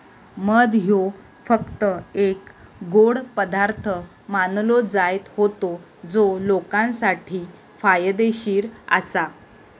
मध ह्यो फक्त एक गोड पदार्थ मानलो जायत होतो जो लोकांसाठी फायदेशीर आसा